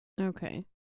Okay